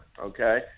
okay